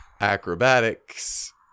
acrobatics